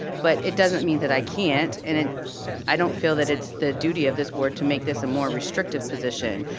but it doesn't mean that i can't. and i don't feel that it's the duty of this board to make this a more restrictive position.